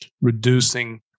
reducing